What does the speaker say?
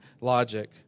logic